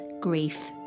Grief